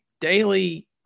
daily